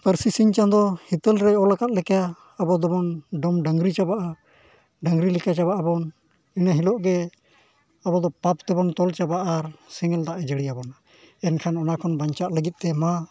ᱯᱟᱹᱨᱥᱤ ᱥᱤᱧ ᱪᱟᱸᱫᱳ ᱦᱤᱛᱟᱹᱞ ᱨᱮᱭ ᱚᱞ ᱟᱠᱟᱫ ᱞᱮᱠᱟ ᱟᱵᱚ ᱫᱚᱵᱚᱱ ᱰᱚᱢ ᱰᱟᱝᱨᱤ ᱪᱟᱵᱟᱜᱼᱟ ᱰᱟᱝᱨᱤ ᱞᱮᱠᱟ ᱪᱟᱵᱟᱜ ᱟᱵᱚᱱ ᱤᱱᱟᱹ ᱦᱤᱞᱳᱜ ᱜᱮ ᱟᱵᱚᱫᱚ ᱯᱟᱯ ᱛᱮᱵᱚᱱ ᱛᱚᱞ ᱪᱟᱵᱟᱜᱼᱟ ᱟᱨ ᱥᱮᱸᱜᱮᱞ ᱫᱟᱜᱼᱮ ᱡᱟᱹᱲᱤᱭᱟᱵᱚᱱᱟ ᱮᱱᱠᱷᱟᱱ ᱚᱱᱟ ᱠᱷᱚᱱ ᱵᱟᱧᱪᱟᱣ ᱞᱟᱹᱜᱤᱫ ᱛᱮᱢᱟ